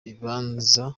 ikibanza